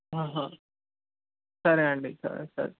సరే అండి సరే సరే